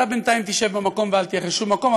אתה בינתיים תשב במקום ואל תלך לשום מקום.